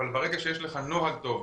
אבל ברגע שיש לך נוהל טוב,